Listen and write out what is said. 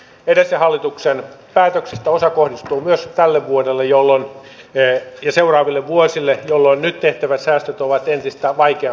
edellisen hallituksen päätöksistä osa kohdistuu myös tälle vuodelle ja seuraaville vuosille jolloin nyt tehtävät säästöt ovat entistä vaikeampia